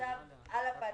מצב "על הפנים".